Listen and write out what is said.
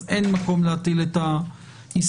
אז אין מקום להטיל את האיסור.